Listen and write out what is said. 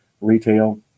retail